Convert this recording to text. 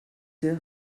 sûr